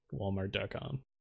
walmart.com